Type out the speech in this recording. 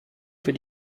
für